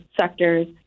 sectors